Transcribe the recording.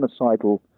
genocidal